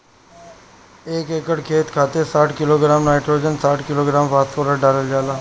एक एकड़ खेत खातिर साठ किलोग्राम नाइट्रोजन साठ किलोग्राम फास्फोरस डालल जाला?